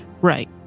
Right